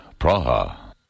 Praha